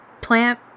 plant